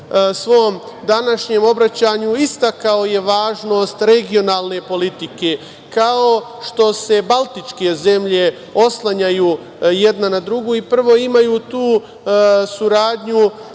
svom današnjem obraćanju istakao je važnost regionalne politike. Kao što se baltičke zemlje oslanjaju jedna na drugu i prvo imaju tu saradnju